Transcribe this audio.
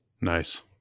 Nice